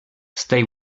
stay